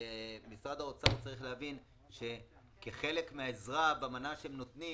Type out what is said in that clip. משרד האוצר צריך להבין שכחלק מהעזרה במנה שהם נותנים